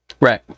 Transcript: Right